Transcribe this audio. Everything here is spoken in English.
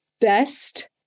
best